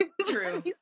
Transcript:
True